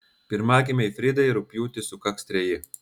pirmagimei fridai rugpjūtį sukaks treji